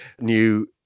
new